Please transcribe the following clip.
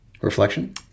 Reflection